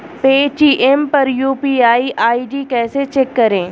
Paytm पर UPI ID कैसे check करें?